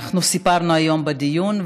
אנחנו סיפרנו היום בדיון,